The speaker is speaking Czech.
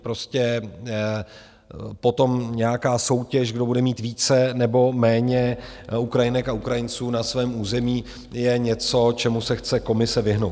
Prostě potom nějaká soutěž, kdo bude mít více nebo méně Ukrajinek a Ukrajinců na svém území, je něco, čemu se chce Komise vyhnout.